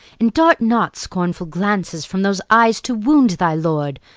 and dart not scornful glances from those eyes to wound thy lord,